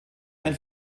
ein